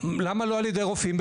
למה לא על ידי רופאים?